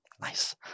Nice